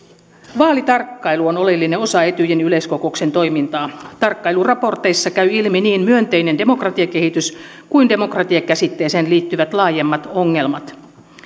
vaalitarkkailu on oleellinen osa etyjin yleiskokouksen toimintaa tarkkailuraporteissa käy ilmi niin myönteinen demokratiakehitys kuin demokratiakäsitteeseen liittyvät laajemmat ongelmat